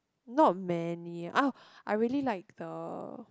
not many uh I really like the